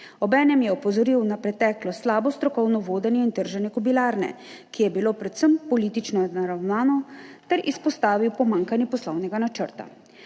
Obenem je opozoril na preteklo slabo strokovno vodenje in trženje Kobilarne, ki je bilo predvsem politično naravnano ter izpostavil pomanjkanje poslovnega načrta.